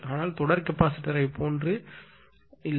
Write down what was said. ஆனால் தொடர் கெப்பாசிட்டர் போல் இல்லை